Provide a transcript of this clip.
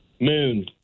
Moon